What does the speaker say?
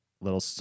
little